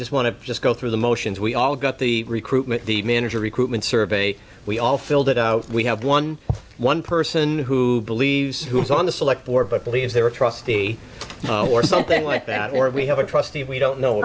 just want to just go through the motions we all got the recruitment the manager recruitment survey we all filled it out we have one one person who believes who is on the select board but believes there are a trustee or something like that or we have a trustee we don't